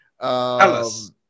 Alice